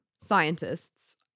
scientists